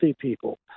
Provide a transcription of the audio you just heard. people